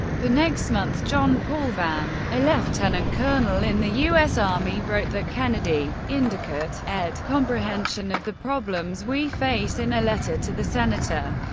the next month, john paul vann, vann, a lieutenant colonel in the u s. army, wrote that kennedy indicat ed comprehension of the problems we face, in a letter to the senator.